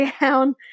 down